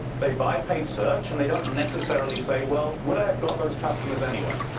they by page search and they don't necessarily say, well, would i have got those customers anyway?